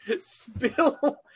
spill